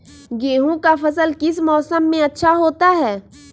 गेंहू का फसल किस मौसम में अच्छा होता है?